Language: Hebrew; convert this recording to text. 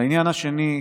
לעניין השני,